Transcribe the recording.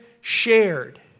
shared